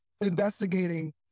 investigating